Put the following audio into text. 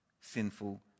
sinful